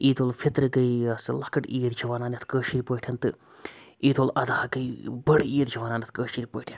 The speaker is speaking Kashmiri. عید الفطرٕ گٔے یۄس لۄکٕٹ عید چھِ وَنان یَتھ کٲشٕر پٲٹھۍ تہٕ عید الاضحیٰ گٔے بٔڑ عید چھِ وَنان اَتھ کٲشٕر پٲٹھۍ